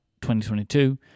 2022